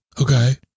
Okay